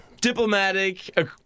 diplomatic